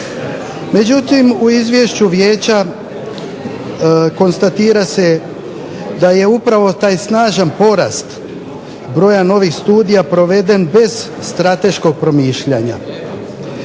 Međutim u izvješću vijeća konstatira da je upravo taj snažan porast broja novih studija proveden bez strateškog promišljanja